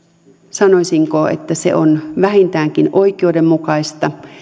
sanoisinko että se on vähintäänkin oikeudenmukaista